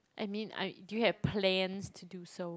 I mean I do you have plans to do so